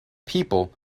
people